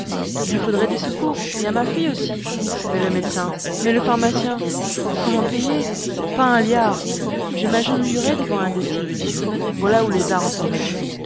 il lui faudrait des secours et à ma fille aussi mais le médecin mais le pharmacien comment payer pas un liard je m'agenouillerais devant un décime monsieur voilà où les arts en sont réduits